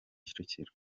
kicukiro